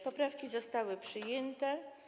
Poprawki zostały przyjęte.